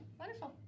wonderful